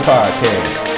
Podcast